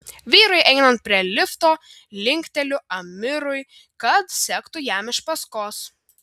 vyrui einant prie lifto linkteliu amirui kad sektų jam iš paskos